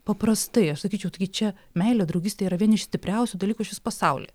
paprastai aš sakyčiau taigi čia meilė draugystė yra vieni iš stipriausių dalykų išvis pasauly